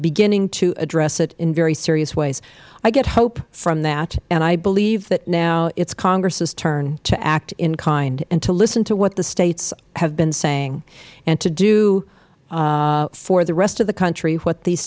beginning to address it in very serious ways i get hope from that i believe that now it is congress turn to act in kind and to listen to what the states have been saying and to do for the rest of the country what these